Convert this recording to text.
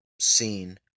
...seen